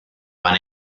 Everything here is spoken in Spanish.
van